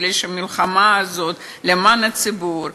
כי המלחמה הזאת היא למען הציבור,